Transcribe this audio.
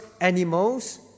animals